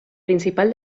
principal